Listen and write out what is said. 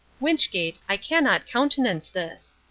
wynchgate, i cannot countenance this.